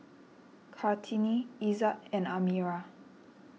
Kartini Izzat and Amirah